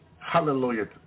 Hallelujah